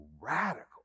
radical